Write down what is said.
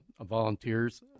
volunteers